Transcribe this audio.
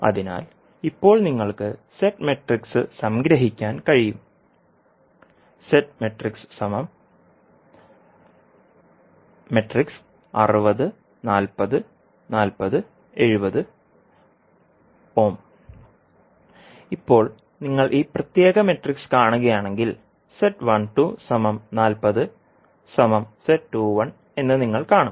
അതിനാൽ ഇപ്പോൾ നിങ്ങൾക്ക് z മാട്രിക്സ് സംഗ്രഹിക്കാൻ കഴിയും ഇപ്പോൾ നിങ്ങൾ ഈ പ്രത്യേക മാട്രിക്സ് കാണുകയാണെങ്കിൽ z12 40 z21 എന്ന് നിങ്ങൾ കാണു